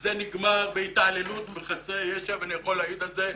זה נגמר בהתעללות בחסרי ישע ואני יכול להעיד על זה מספרית.